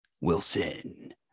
Wilson